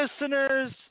listeners